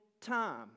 time